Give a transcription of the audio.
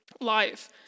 life